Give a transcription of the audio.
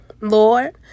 Lord